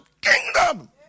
kingdom